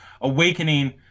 awakening